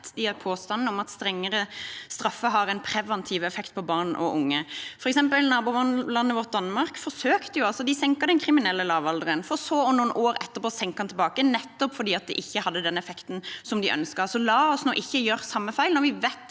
i påstanden om at strengere straffer har en preventiv effekt på barn og unge. For eksempel forsøkte altså nabolandet vårt Danmark å senke den kriminelle lavalderen for så noen år etterpå å endre den tilbake, nettopp fordi det ikke hadde den effekten som de ønsket. La oss nå ikke gjøre samme feil når vi vet